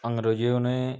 अंग्रेजों ने